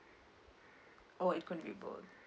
oh it can be both